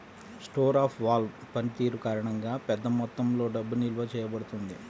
store of value పనితీరు కారణంగా, పెద్ద మొత్తంలో డబ్బు నిల్వ చేయబడుతుంది